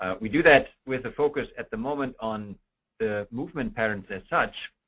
ah we do that with a focus, at the moment, on the movement patterns as such.